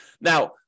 Now